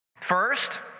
First